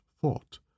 thought